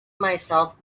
myself